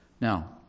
Now